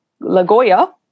LaGoya